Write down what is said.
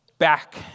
Back